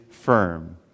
firm